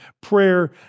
prayer